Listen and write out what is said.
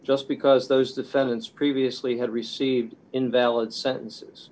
just because those defendants previously had received invalid sentences